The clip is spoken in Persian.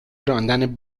راندن